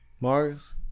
Mars